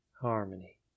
harmony